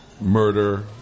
Murder